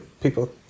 people